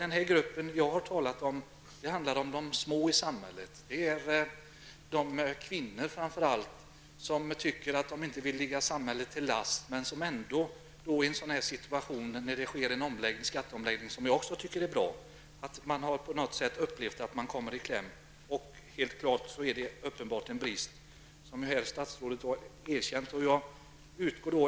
Den här gruppen består framför allt av kvinnor som tycker att de inte vill ligga samhället till last, men som i en situation med en skatteomläggning -- som jag tycker är bra -- upplever att de kommer i kläm. Det är uppenbart en brist, vilket statsrådet här har erkänt.